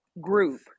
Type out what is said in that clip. group